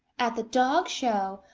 at the dog show,